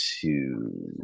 two